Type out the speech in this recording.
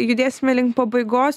judėsime link pabaigos